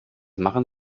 machen